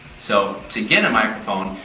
so, to get a microphone,